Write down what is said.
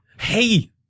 Hey